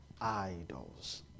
idols